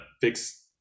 fix